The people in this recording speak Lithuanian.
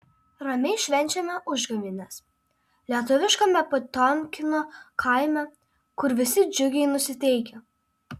ramiai švenčiame užgavėnes lietuviškame potiomkino kaime kur visi džiugiai nusiteikę